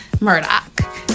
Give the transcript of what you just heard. Murdoch